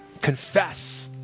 confess